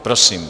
Prosím.